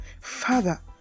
father